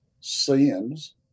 sins